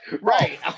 Right